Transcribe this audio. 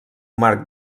marc